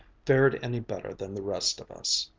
fared any better than the rest of us.